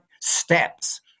steps